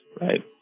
right